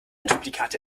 duplikate